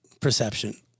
perception